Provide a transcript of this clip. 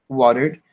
watered